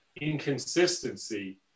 inconsistency